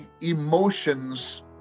emotions